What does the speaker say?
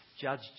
judge